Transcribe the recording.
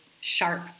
sharp